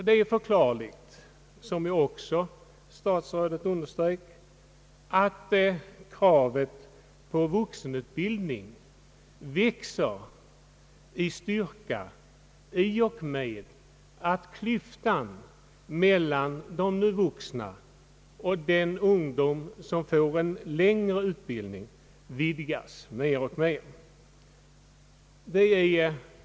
Det är förklarligt — det underströks också av statsrådet — att kraven på vuxenutbildning växer i styrka i och med att klyftan mellan de nu vuxna och den ungdom som får en längre utbildning vidgas mer och mer.